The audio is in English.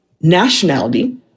nationality